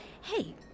hey